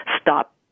stop